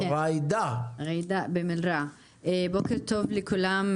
בוקר טוב לכולם,